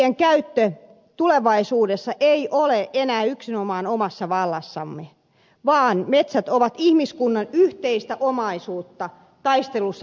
metsien käyttö tulevaisuudessa ei ole enää yksinomaan omassa vallassamme vaan metsät ovat ihmiskunnan yhteistä omaisuutta taistelussa ilmastonmuutosta vastaan